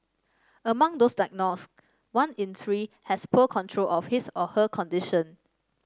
among those diagnosed one in three has poor control of his or her condition